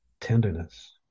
tenderness